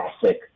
classic